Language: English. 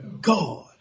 God